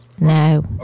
No